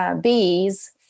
bees